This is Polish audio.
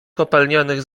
kopalnianych